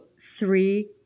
three